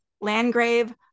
Landgrave